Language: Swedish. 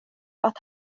att